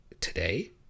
today